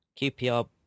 QPR